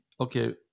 okay